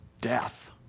death